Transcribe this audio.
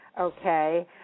okay